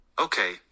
Okay